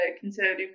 conservative